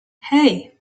hey